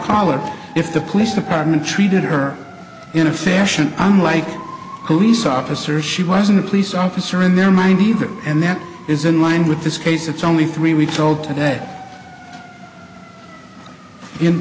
call it if the police department treated her in a fashion unlike who lisa officer she wasn't a police officer in their mind either and that is in line with this case it's only three we told today in